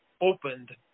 opened